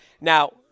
Now